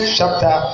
chapter